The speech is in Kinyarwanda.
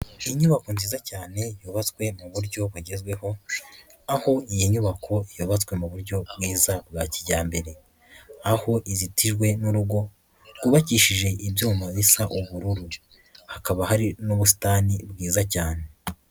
Iyi nyubako nziza cyane yubatswe mu buryo bugezweho, aho iyi nyubako yubatswe mu buryo bwiza bwa kijyambere. Aho izitijwe n'urugo, rwubakishije ibyuma bisa ubururu. Hakaba hari n'ubusitani bwiza cyane.